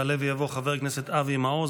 יעלה ויבוא חבר הכנסת אבי מעוז,